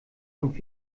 und